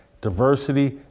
Diversity